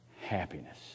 happiness